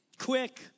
Quick